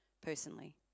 personally